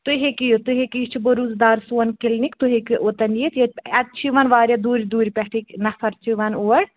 تُہۍ ہیٚکوِ تُہۍ ہیکِو یہِ چھُ بروس دار سون کِلنِک تُہۍ ہیٚکِو اوٚتَن یِتھ ییٚتہ اَتہِ چھِ یِوان واریاہ دوٗرِ دوٗرِ پٮ۪ٹھٕ نفَر چھِ یِوان اور